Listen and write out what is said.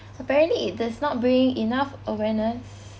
apparently it does not bring enough awareness